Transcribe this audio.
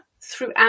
throughout